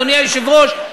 אדוני היושב-ראש,